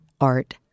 art